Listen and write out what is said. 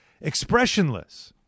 expressionless